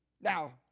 Now